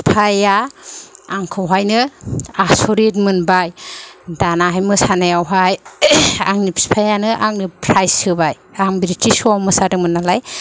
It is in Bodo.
बिफाया आंखौहायनो आसरिथ मोनबाय दानाहाय मोसानायावहाय आंनि बिफायानो आंनो प्राइज होबाय आं बेरायथि श'आव मोसादोंमोन नालाय